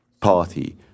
party